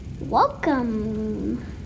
Welcome